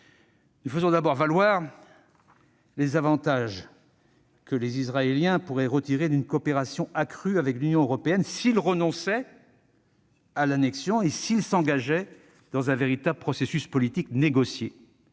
Nous faisons d'abord valoir les avantages que les Israéliens pourraient retirer d'une coopération accrue avec l'Union européenne s'ils renonçaient à l'annexion et s'ils s'engageaient dans un véritable processus politique négocié